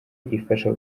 ifasha